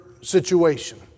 situation